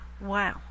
wow